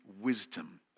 wisdom